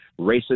racist